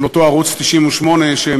של אותו ערוץ 98 שמיועד